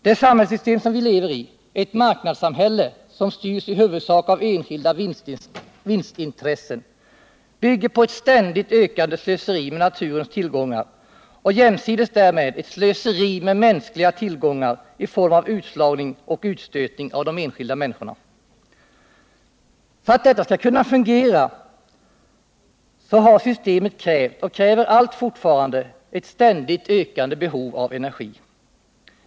Det samhällssystem som vi lever i, ett marknadssamhälle som styrs i huvudsak av enskilda vinstintressen, bygger på ett ständigt ökande slöseri med naturens tillgångar och jämsides därmed ett slöseri med mänskliga tillgångar i form av utslagning och utstötning av de enskilda människorna. För att detta skall kunna fungera har systemet krävt, och kräver allt fortfarande, en ständigt ökande förbrukning av energi.